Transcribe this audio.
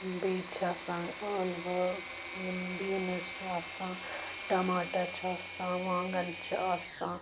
ٲں بیٚیہِ چھِ آسان ٲلوٕ یِم بیٖنٕز چھِ آسان ٹَماٹَر چھِ آسان وانٛگَن چھِ آسان